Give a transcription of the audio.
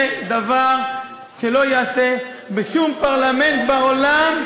זה דבר שלא ייעשה בשום פרלמנט בעולם.